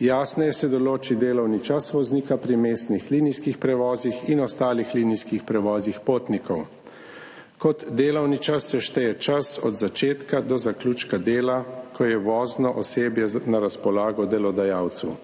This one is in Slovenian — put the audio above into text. Jasneje se določi delovni čas voznika pri mestnih linijskih prevozih in ostalih linijskih prevozih potnikov. Kot delovni čas se šteje čas od začetka do zaključka dela, ko je vozno osebje na razpolago delodajalcu.